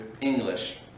English